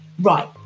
Right